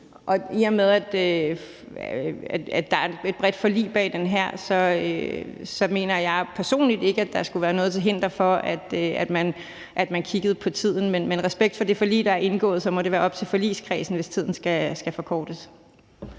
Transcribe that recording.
I og med at der er et bredt forlig bag det her, mener jeg personligt ikke, at der skulle være noget til hinder for, at man kiggede på tiden. Men med respekt for det forlig, der er indgået, må det være op til forligskredsen, hvis tiden skal forkortes.